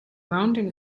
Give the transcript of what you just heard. mountain